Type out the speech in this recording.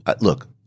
look